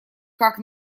как